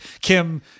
kim